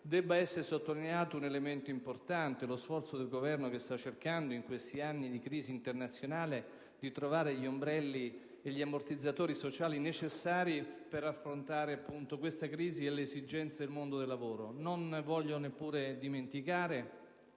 debba essere sottolineato un elemento importante: lo sforzo del Governo, che sta cercando, in questi anni di crisi internazionale, di trovare gli ombrelli e gli ammortizzatori sociali necessari per far fronte a questa crisi e alle esigenze del mondo del lavoro. Non voglio neppure dimenticare